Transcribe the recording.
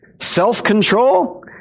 Self-control